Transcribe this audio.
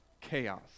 chaos